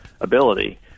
ability